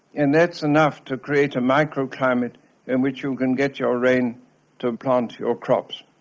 and that's enough to create a microclimate in which you can get your rain to plant your crops.